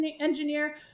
engineer